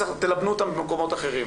תלבנו אותם במקומות אחרים.